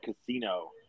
Casino